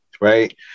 right